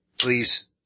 please